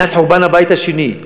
מאז חורבן הבית השני,